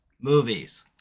movies